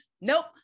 nope